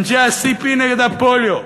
אנשי ה-CP נגד אנשי הפוליו.